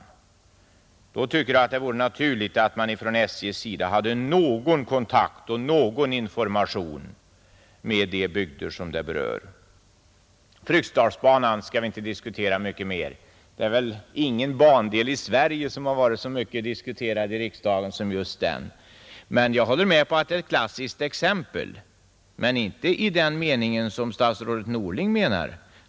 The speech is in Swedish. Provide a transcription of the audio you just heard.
Då tycker jag att det vore naturligt att SJ hade någon kontakt med och gav någon information åt de bygder som berörs. Fryksdalsbanan skall vi inte diskutera mycket mer. Ingen bandel i Sverige har väl blivit så diskuterad i riksdagen som just den, Jag håller med om att det är ett klassiskt exempel men inte i den mening som statsrådet vill göra gällande.